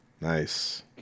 Nice